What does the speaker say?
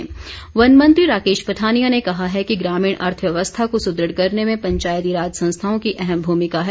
one मंत्री वन मंत्री राकेश पठानिया ने कहा है कि ग्रामीण अर्थव्यवस्था को सुदृढ़ करने में पंचायती राज संस्थाओं की अहम भूमिका है